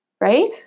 Right